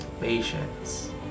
patience